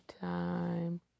time